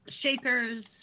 Shakers